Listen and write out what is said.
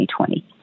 2020